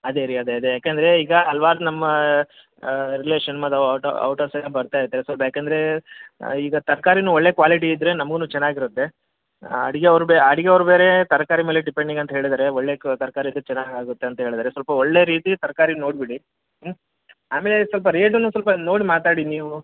ಅದೇ ರೀ ಅದೇ ಅದೇ ಯಾಕೆಂದ್ರೆ ಈಗ ಹಲ್ವಾರ್ ನಮ್ಮ ರಿಲೇಶನ್ ಮತ್ತೆ ಔಟ ಔಟರ್ಸ್ ಎಲ್ಲ ಬರ್ತಾ ಇರ್ತಾರೆ ಸೊ ಅದು ಯಾಕಂದ್ರೆ ಈಗ ತರಕಾರಿನು ಒಳ್ಳೆ ಕ್ವಾಲಿಟಿ ಇದ್ದರೆ ನಮಗುನು ಚೆನ್ನಾಗಿ ಇರುತ್ತೆ ಅಡಿಗೆ ಅಡಿಗೆ ಅವ್ರು ಬೇರೆ ತರಕಾರಿ ಮೇಲೆ ಡೆಪೆಂಡಿಂಗ್ ಅಂತ ಹೇಳಿದ್ದಾರೆ ಒಳ್ಳೆ ತರಕಾರಿ ಇದ್ದರೆ ಚೆನ್ನಾಗಿ ಆಗುತ್ತೆ ಅಂತ ಹೇಳಿದ್ದಾರೆ ಸ್ವಲ್ಪ ಒಳ್ಳೆ ರೀತಿ ತರಕಾರಿ ನೋಡಿ ಬಿಡಿ ಹ್ಞೂ ಆಮೇಲೆ ಸ್ವಲ್ಪ ರೇಟನ್ನು ಸ್ವಲ್ಪ ನೋಡಿ ಮಾತಾಡಿ ನೀವು